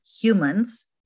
humans